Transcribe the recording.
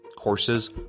courses